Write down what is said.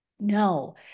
no